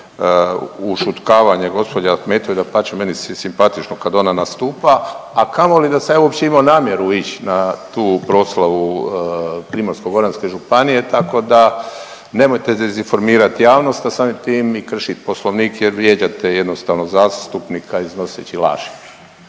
ušutkavanje gđe. Ahmetović, dapače meni je simpatično kad ona nastupa, a kamoli da sam ja uopće imao namjeru ić na tu proslavu Primorsko-goranske županije, tako da nemojte dezinformirat javnost, a samim tim i kršit poslovnik jer vrijeđate jednostavno zastupnika iznoseći laži.